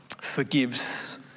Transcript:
forgives